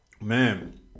Man